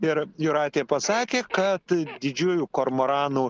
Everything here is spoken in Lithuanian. ir jūratė pasakė kad didžiųjų kormoranų